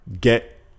get